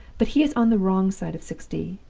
but he is on the wrong side of sixty,